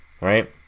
right